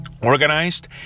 Organized